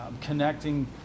connecting